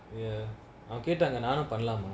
ya அவங்க கேட்டாங்க நானு பன்லாமா:avanga ketaanga naanu panlaamaa